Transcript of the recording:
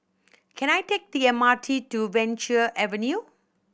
can I take the M R T to Venture Avenue